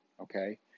Okay